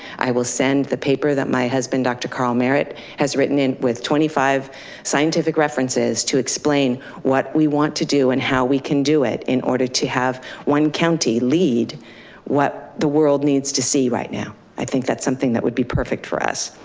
i will send the paper that my husband dr. carl merritt has written in with twenty five scientific references to explain what we want to do and how we can do it in order to have one county lead what the world needs to see right now. i think that's something that would be perfect for us.